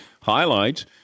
highlights